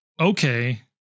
okay